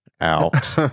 out